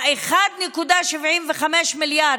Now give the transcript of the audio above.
ה-1.75 מיליארד,